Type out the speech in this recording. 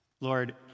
Lord